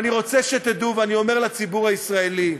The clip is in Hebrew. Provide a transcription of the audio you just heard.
אני רוצה שתדעו, ואני אומר לציבור הישראלי,